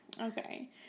Okay